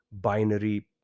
binary